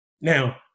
Now